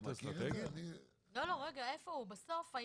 בסוף,